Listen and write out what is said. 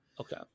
Okay